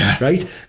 right